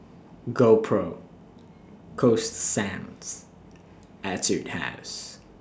GoPro Coasta Sands Etude House